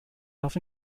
darf